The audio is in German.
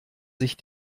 sich